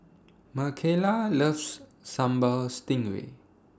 Mckayla loves Sambal Stingray